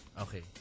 Okay